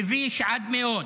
מביש עד מאוד.